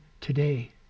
today